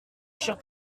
chère